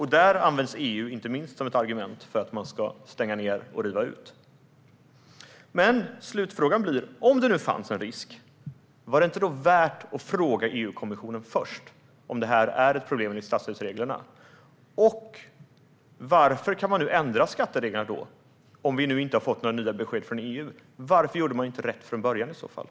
Här används EU inte minst som ett argument för att man ska stänga ned och riva ut. Mina slutfrågor blir: Om det nu fanns en risk, var det inte värt att fråga EU-kommissionen först om det var ett problem enligt statsstödsreglerna? Varför kan man ändra skattereglerna nu, även om vi inte har fått några nya besked från EU? Varför gjorde man i så fall inte rätt från början?